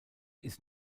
ist